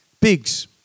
pigs